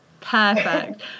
Perfect